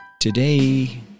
Today